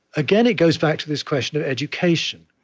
again, it goes back to this question of education.